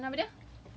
uh apa nama dia